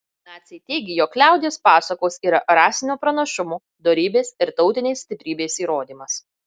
naciai teigė jog liaudies pasakos yra rasinio pranašumo dorybės ir tautinės stiprybės įrodymas